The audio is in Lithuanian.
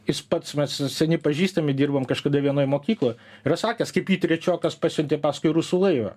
jis pats mes s seni pažįstami dirbom kažkada vienoj mokykloj yra sakęs kaip jį trečiokas pasiuntė paskui rusų laivą